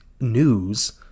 news